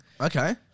Okay